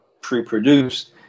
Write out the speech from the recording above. pre-produced